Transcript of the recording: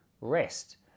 rest